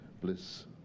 Bliss